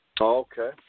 Okay